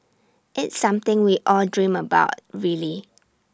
it's something we all dream about really